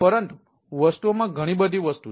પરંતુ વસ્તુઓમાં ઘણી બધી વસ્તુઓ છે